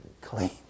clean